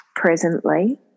presently